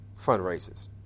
fundraisers